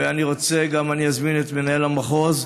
ואני גם אזמין את מנהל המחוז,